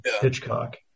Hitchcock